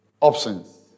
options